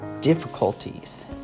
difficulties